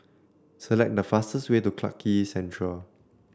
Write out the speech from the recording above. select the fastest way to Clarke Quay Central